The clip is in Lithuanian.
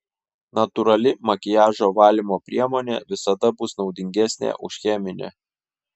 natūrali makiažo valymo priemonė visada bus naudingesnė už cheminę